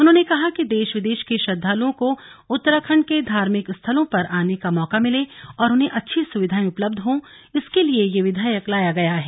उन्होंने कहा कि देश विदेश के श्रद्दालुओं को उत्तराखण्ड के धार्मिक स्थलों पर आने का मौका मिले और उन्हें अच्छी सुविधाएं उपलब्ध हों इसके लिए यह विधेयक लाया गया है